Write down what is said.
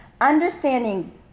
understanding